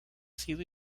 sido